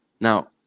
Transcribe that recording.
Now